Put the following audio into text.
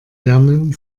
lernen